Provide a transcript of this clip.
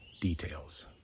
details